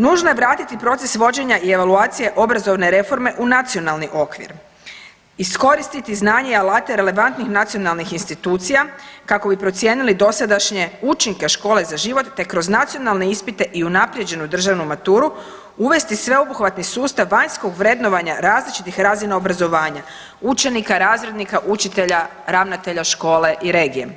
Nužno je vratiti proces vođenja i evaluacije obrazovne reforme u nacionalni okvir, iskoristiti znanje i alate relevantnih nacionalnih institucija kako bi procijenili dosadašnje učinke škole za život, te kroz nacionalne ispite i unaprijeđenu državnu maturu, uvesti sveobuhvatni sustav vanjskog vrednovanja različitih razina obrazovanja učenika, razrednika, učitelja, ravnatelja škole i regije